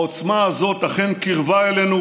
העוצמה הזאת אכן קירבה אלינו